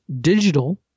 digital